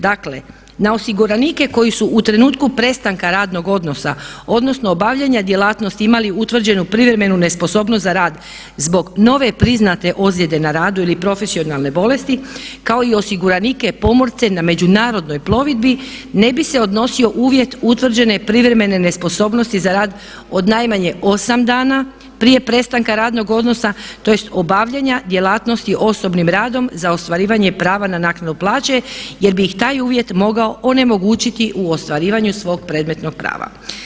Dakle, na osiguranike koji su u trenutku prestanka radnog odnosa, odnosno obavljanja djelatnosti imali utvrđenu privremenu nesposobnost za rad zbog nove priznate ozljede na radu ili profesionalne bolesti kao i osiguranike pomorce na međunarodnoj plovidbi ne bi se odnosio uvjet utvrđene privremene nesposobnosti za rad od najmanje 8 dana prije prestanka radnog odnosa, tj. obavljanja djelatnosti osobnim radom za ostvarivanje prava na naknadu plaće jer bi ih taj uvjet mogao onemogućiti u ostvarivanju svog predmetnog prava.